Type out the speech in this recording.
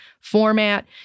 format